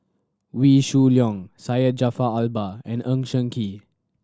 Wee Shoo Leong Syed Jaafar Albar and Ng Kee